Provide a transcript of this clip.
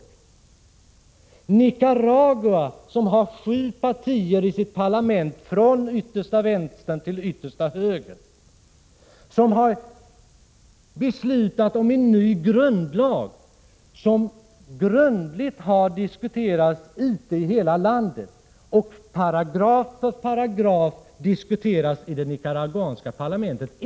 Nicaragua har sju partier i sitt parlament, från yttersta vänstern till yttersta högern. Nicaragua har beslutat om en ny grundlag, som grundligt har diskuterats i hela landet och paragraf för paragraf diskuterats i det nicaraguanska parlamentet.